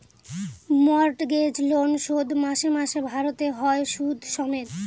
mortgage loan শোধ মাসে মাসে ভারতে হয় সুদ সমেত